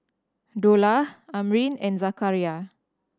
Dollah Amrin and Zakaria